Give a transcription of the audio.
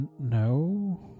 no